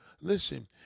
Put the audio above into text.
listen